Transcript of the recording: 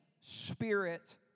Spirit